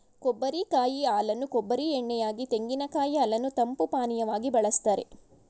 ಕೊಬ್ಬರಿ ಕಾಯಿ ಹಾಲನ್ನು ಕೊಬ್ಬರಿ ಎಣ್ಣೆ ಯಾಗಿ, ತೆಂಗಿನಕಾಯಿ ಹಾಲನ್ನು ತಂಪು ಪಾನೀಯವಾಗಿ ಬಳ್ಸತ್ತರೆ